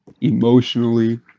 Emotionally